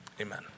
amen